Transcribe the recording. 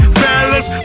fellas